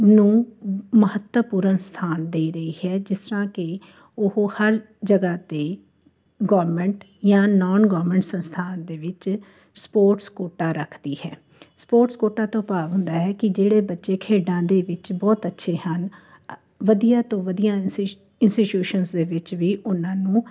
ਨੂੰ ਮਹੱਤਵਪੂਰਨ ਸਥਾਨ ਦੇ ਰਹੀ ਹੈ ਜਿਸ ਤਰ੍ਹਾਂ ਕਿ ਉਹ ਹਰ ਜਗ੍ਹਾਂ 'ਤੇ ਗਵਰਮੈਂਟ ਜਾਂ ਨੋਨ ਗਵਰਮੈਂਟ ਸੰਸਥਾ ਦੇ ਵਿੱਚ ਸਪੋਰਟਸ ਕੋਟਾ ਰੱਖਦੀ ਹੈ ਸਪੋਰਟਸ ਕੋਟਾ ਤੋਂ ਭਾਵ ਹੁੰਦਾ ਹੈ ਕਿ ਜਿਹੜੇ ਬੱਚੇ ਖੇਡਾਂ ਦੇ ਵਿੱਚ ਬਹੁਤ ਅੱਛੇ ਹਨ ਵਧੀਆ ਤੋਂ ਵਧੀਆ ਇੰਸਟੀ ਇੰਸਟੀਟਊਸ਼ਨਸ ਦੇ ਵਿੱਚ ਵੀ ਉਹਨਾਂ ਨੂੰ